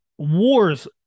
Wars